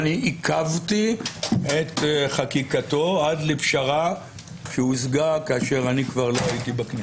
אני עיכבתי את חקיקתו עד לפשרה שהושגה כאשר אני כבר לא הייתי בכנסת.